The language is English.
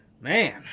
man